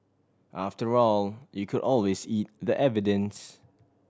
after all you could always eat the evidence